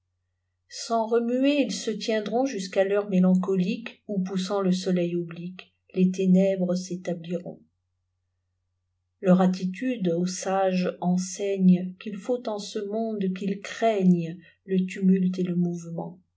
sans remuer ils se tiendrontjusqu'à l'heure mélancoliqueoù poussant le soleil oblique les ténèbres s'établiront leur attitude au sage enseignequ'il faut en ce monde qu'il craignele tumulte et le mouvement